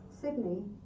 sydney